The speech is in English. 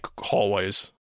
hallways